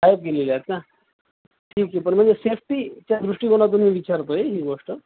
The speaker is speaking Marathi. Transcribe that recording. शाळेत गेलेले आहेत ना ठीक आहे पण म्हणजे सेफ्टीच्या दृष्टीकोनातून तुम्ही विचारतोय ही गोष्ट